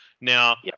Now